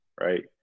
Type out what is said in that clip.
Right